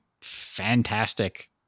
fantastic